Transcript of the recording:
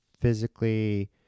physically